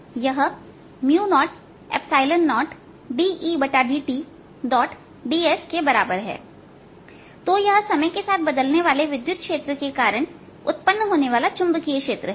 यह 00dEdtds बराबर हैतो यह समय के साथ बदलने वाले विद्युत क्षेत्र के कारण उत्पन्न होने वाला चुंबकीय क्षेत्र है